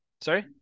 Sorry